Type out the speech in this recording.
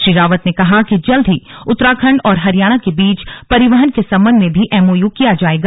श्री रावत ने कहा कि जल्द ही उत्तराखण्ड और हरियाणा के बीच परिवहन के सम्बन्ध में भी एमओयू किया जाएगा